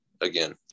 again